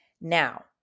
Now